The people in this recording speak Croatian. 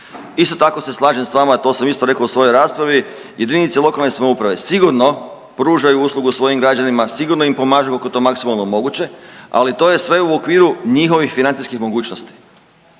Isto tako se slažem sa vama to sam isto rekao u svojoj raspravi. Jedinice lokalne samouprave sigurno pružaju uslugu svojim građanima, sigurno im pomažu koliko je to maksimalno moguće, ali to je sve u okviru njihovih financijskih mogućnosti.